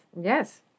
Yes